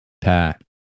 pat